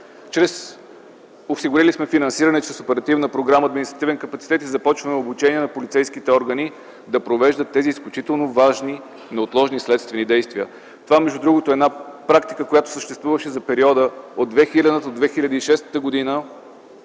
тях. Осигурили сме финансиране чрез Оперативна програма „Административен капацитет” и започваме обучение на полицейските органи да провеждат тези изключително важни, неотложни следствени действия. Това, между другото, е практика, която съществуваше за периода от 2000 до 2006 г.